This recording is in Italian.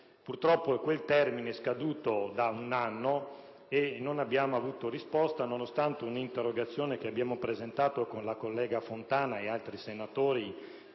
Purtroppo quel termine è scaduto da un anno e non abbiamo avuto risposta, nonostante un'interrogazione che abbiamo presentato con la collega Fontana ed altri senatori